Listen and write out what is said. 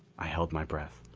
i held my breath.